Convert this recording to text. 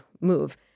move